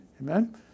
Amen